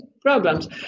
problems